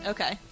Okay